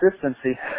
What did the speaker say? Consistency